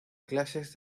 clases